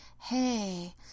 Hey